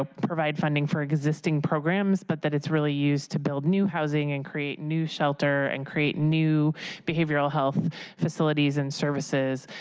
ah provide funding for existing programs, but that it's used to build new housing, and create new shelter, and create new behavioral health facilities, and services,